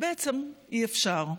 בעצם אי-אפשר.